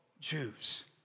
Jews